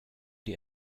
dir